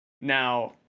now